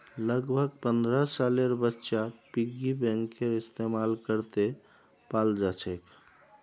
लगभग पन्द्रह सालेर बच्चा पिग्गी बैंकेर इस्तेमाल करते पाल जाछेक